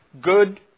good